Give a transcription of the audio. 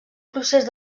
procés